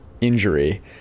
injury